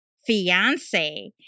fiance